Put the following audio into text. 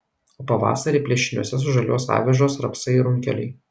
o pavasarį plėšiniuose sužaliuos avižos rapsai runkeliai